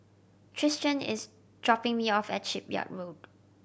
Tristian is dropping me off at Shipyard Road